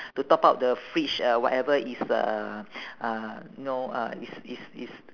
to top up the fridge or whatever is uh uh you know uh is is is